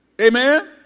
Amen